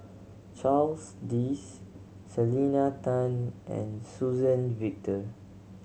Charles Dyce Selena Tan and Suzann Victor